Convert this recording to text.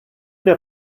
der